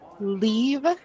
leave